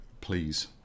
Please